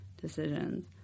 decisions